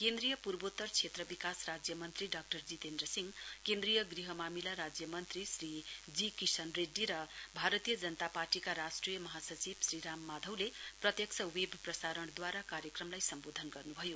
केन्द्रीय पूर्वोत्तर क्षेत्र विकास राज्य मन्त्री डाक्टर जितेन्द्र सिंह केन्द्रीय गृह मामिला राज्य मन्त्री श्री जी किशन रेड्डी भारतीय जनता पार्टीका राष्ट्रीय महासचिव श्री राम माधवले प्रायक्ष वेब प्रसारणदूवारा कार्यक्रमलाई सम्बोधन गर्नुभयो